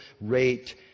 rate